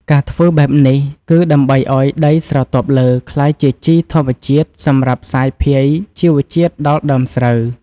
ការធ្វើបែបនេះ គឺដើម្បីឲ្យដីស្រទាប់លើក្លាយជាជីធម្មជាតិសម្រាប់សាយភាយជីវជាតិដល់ដើមស្រូវ។